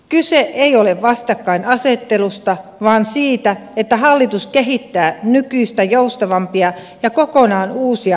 kyse ei ole vastakkainasettelusta vaan siitä että hallitus kehittää nykyistä joustavampia ja kokonaan uusia toimintamalleja